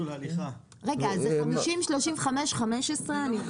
רגע, זה 50, 35, 15?